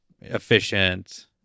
efficient